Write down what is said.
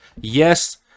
Yes